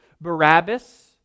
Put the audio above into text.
Barabbas